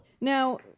now